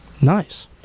Nice